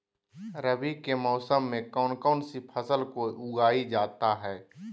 रवि के मौसम में कौन कौन सी फसल को उगाई जाता है?